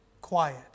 quiet